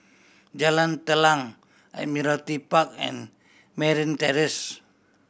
Jalan Telang Admiralty Park and Merryn Terrace